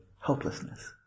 helplessness